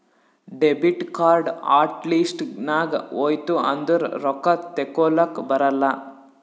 debit card hot list ನಾಗ್ ಹೋಯ್ತು ಅಂದುರ್ ರೊಕ್ಕಾ ತೇಕೊಲಕ್ ಬರಲ್ಲ